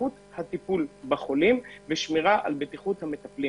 איכות הטיפול בחולים ושמירה על בטיחות המטפלים.